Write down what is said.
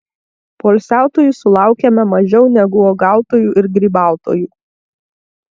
poilsiautojų sulaukiame mažiau negu uogautojų ir grybautojų